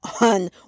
on